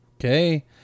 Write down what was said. okay